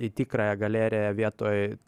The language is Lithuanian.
į tikrąją galeriją vietoj